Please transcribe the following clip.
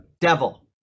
devil